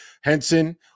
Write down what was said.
Henson